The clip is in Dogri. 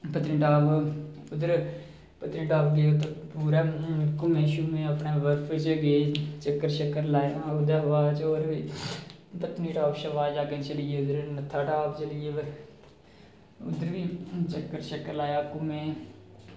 पत्नीटाप उद्धर पत्नीटाप उद्धर पूरे घूमे शूमे अपने बर्फ च गे चक्कर शक्कर लाया ओह्दे बाद च होर बी पत्नीटाप कशा अग्गें चली गै नत्थाटाप चली गे फिर उद्धर बी चक्कर शक्कर लाया घूमे